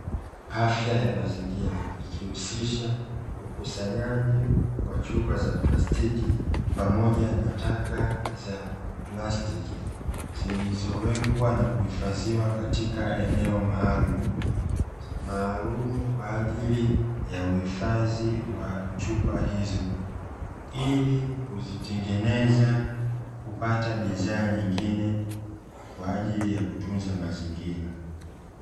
Afya ya mazingira ikihusisha ukusanyaji wa chupa za plastiki pamoja na taka za plastiki zilizowekwa na kuhifadhiwa katika eneo maalumu, kwa ajili ya uhifadhi wa chupa hizo ili; kuzitengeneza kupata bidhaa nyingine kwa ajili ya kutunza mazingira.